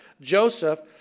Joseph